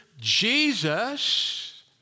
Jesus